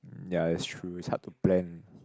ya it's true it's hard to plan